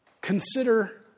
Consider